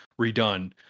redone